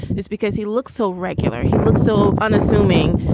it's because he looks so regular he looks so unassuming.